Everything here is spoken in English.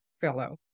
fellow